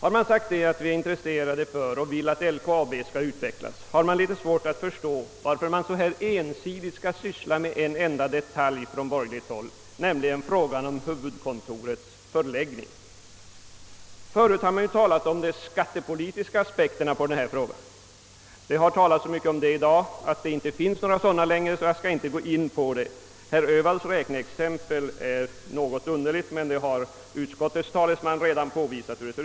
Då man sagt sig vara intresserad av att LKAB skall utvecklas, har vi litet svårt att förstå att man så här ensidigt från borgerligt håll skall syssla med en enda detalj, nämligen frågan om huvudkontorets förläggning. Tidigare har man talat om de skattepolitiska aspekterna på denna fråga. I dag har det sagts att några sådana inte längre finns, varför jag inte skall gå in på detta problem. Herr Öhvalls räkneexempel är något underligt, men utskottets talesman har redan påvisat detta.